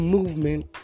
Movement